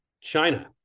China